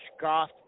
goth